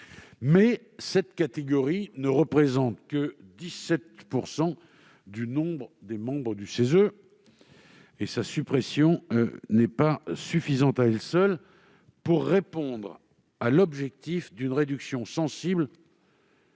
cette catégorie ne représentant que 17 % des membres du CESE, sa suppression n'est pas suffisante à elle seule pour répondre à l'objectif d'une réduction sensible